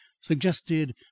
suggested